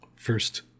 First